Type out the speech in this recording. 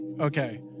Okay